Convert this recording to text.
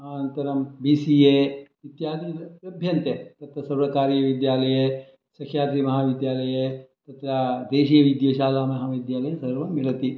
आन्तरं B C A इत्यादि लभ्यन्ते तत्र सर्वकारिय विद्यालये सह्याद्रि महाविद्यालये तत्र देशीय विद्यशाला महाविद्यालये सर्वं मिलति